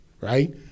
right